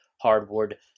Hardwood